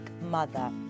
mother